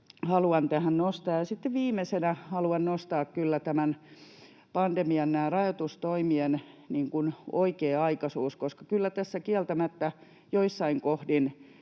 haluan tähän nostaa. Sitten viimeisenä haluan nostaa kyllä tämän pandemian rajoitustoimien oikea-aikaisuuden, koska kyllä tässä kieltämättä joissain kohdin